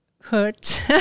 Hurt